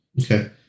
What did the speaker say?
Okay